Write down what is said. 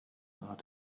are